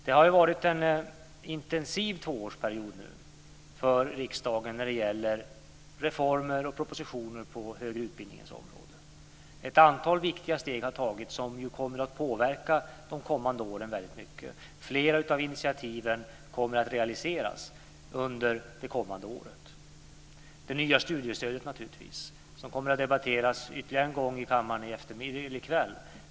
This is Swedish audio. Det har varit en intensiv tvåårsperiod för riksdagen när det gäller reformer och propositioner på den högre utbildningens område. Ett antal viktiga steg har tagits som kommer att påverka de kommande åren mycket. Flera av initiativen kommer att realiseras under det kommande året. Det är naturligtvis det nya studiestödet. Det kommer att debatteras ytterligare en gång i kammaren i kväll.